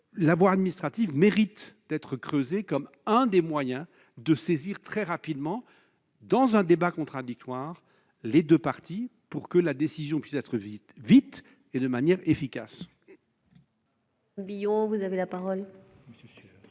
La voie administrative mérite donc d'être creusée comme l'un des moyens de saisir très rapidement, dans un débat contradictoire, les deux parties, pour que la décision puisse être rendue sans délai et de manière efficace.